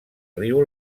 riu